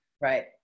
Right